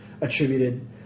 attributed